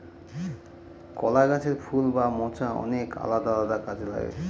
কলা গাছের ফুল বা মোচা অনেক আলাদা আলাদা কাজে লাগে